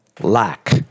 Lack